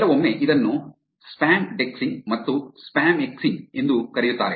ಕೆಲವೊಮ್ಮೆ ಇದನ್ನು ಸ್ಪ್ಯಾಮ್ಡೆಕ್ಸಿಂಗ್ ಮತ್ತು ಸ್ಪ್ಯಾಮೆಕ್ಸಿಂಗ್ ಎಂದೂ ಕರೆಯುತ್ತಾರೆ